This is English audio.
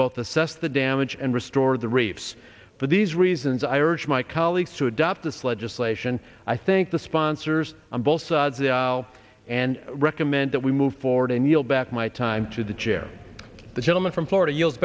both assess the damage and restore the reefs for these reasons i urge my colleagues to adopt this legislation i think the sponsors on both sides of the aisle and recommend that we move forward and yield back my time to the chair the gentleman from florida